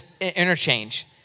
interchange